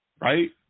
right